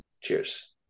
Cheers